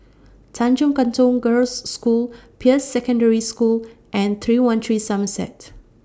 Tanjong Katong Girls' School Peirce Secondary School and three one three Somerset